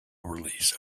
release